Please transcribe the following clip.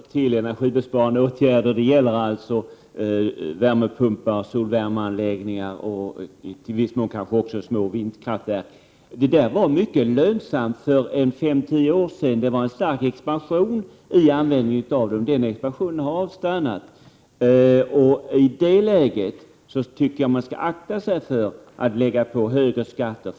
Herr talman! Återigen till frågan om energibesparande åtgärder. Det gäller alltså värmepumpar, solvärmeanläggningar och i viss mån kanske också små vindkraftverk. Sådana här åtgärder var mycket lönsamma för fem tio år sedan, då det skedde en stark expansion på detta område. Men denna har nu avstannat. I det läget skall man akta sig för att höja skatter.